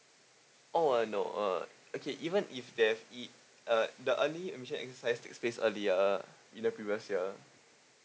oh no uh okay even if they have it uh the early admission exercise takes place earlier in the previous year